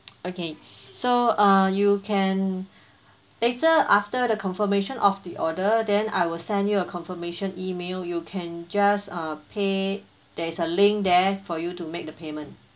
okay so err you can later after the confirmation of the order then I will send you a confirmation email you can just uh pay there is a link there for you to make the payment